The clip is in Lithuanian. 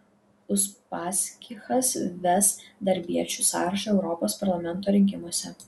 uspaskichas ves darbiečių sąrašą europos parlamento rinkimuose